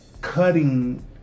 cutting